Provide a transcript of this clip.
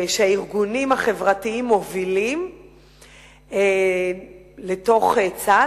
שהארגונים החברתיים מובילים לתוך צה"ל,